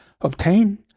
obtain